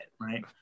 right